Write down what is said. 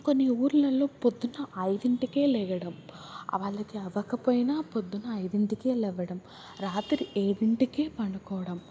కొన్ని ఊర్లలో పొద్దున ఐదింటికే లేవడం వాళ్ళకి అవ్వకపోయినా పొద్దున ఐదింటికే లెవ్వడం రాత్రి ఏడింటికే పడుకోవడం